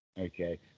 Okay